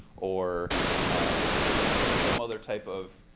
or there's some other type of